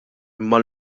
imma